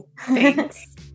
Thanks